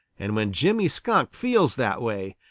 and when jimmy skunk feels that way,